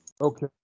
Okay